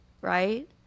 right